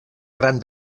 gran